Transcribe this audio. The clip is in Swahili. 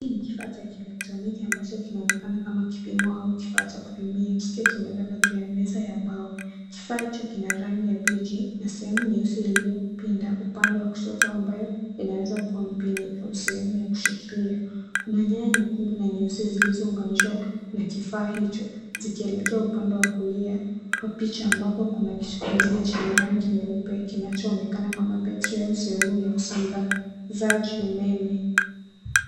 Hii ni kifaa cha kielektroniki ambacho kinaonekana kama kipimo au kifaa cha kupimia kikiwa kimelala juu ya meza ya mbao. Kifaa hicho kina rangi ya beji, na sehemu nyeusi iliyopinda upande wa kushoto ambayo inaweza kuwa mpini au sehemu ya kushikilia. Kuna nyaya nyekundu na nyeusi zilizounganishwa na kifaa hicho, zikielekea upande wa kulia, kwa picha ambapo kuna kitu kingine chenye rangi nyeupe kinachoonekana kama betri au sehemu ya usambazaji umeme.